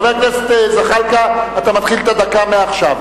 חבר הכנסת זחאלקה, אתה מתחיל את הדקה עכשיו.